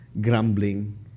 grumbling